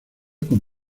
con